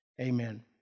Amen